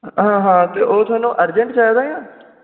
हां हां ओह् तुआनू अरजैंट चाहिदा जां